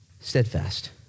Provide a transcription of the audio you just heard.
Steadfast